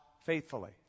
faithfully